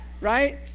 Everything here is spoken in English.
Right